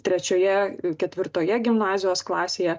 trečioje ketvirtoje gimnazijos klasėje